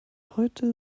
heute